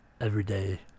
everyday